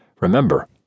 Remember